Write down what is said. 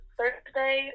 Thursday